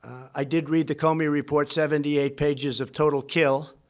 i did read the comey report seventy eight pages of total kill.